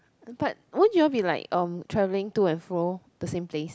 but won't you all be like um travelling to and fro the same place